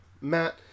Matt